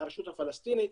הרשות הפלסטינית,